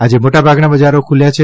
આજે મોટાભાગના બજારો ખૂલ્યાં છે